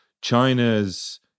China's